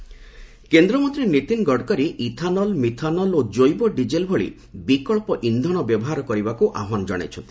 ଗଡ଼କରୀ କେନ୍ଦ୍ରମନ୍ତ୍ରୀ Nitin Gadkari ethanol methanol ଓ ଜୈବ ଡିଜେଲ୍ ଭଳି ବିକ୍ସବ ଇନ୍ଧନ ବ୍ୟବହାର କରିବାକୁ ଆହ୍ୱାନ କଣାଇଛନ୍ତି